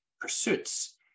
pursuits